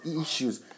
issues